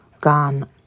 gone